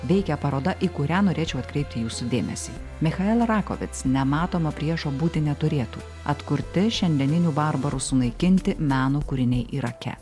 veikia paroda į kurią norėčiau atkreipti jūsų dėmesį michaila rakovic bet nematomo priešo būti neturėtų atkurti šiandieninių barbarų sunaikinti meno kūriniai irake